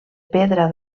pedra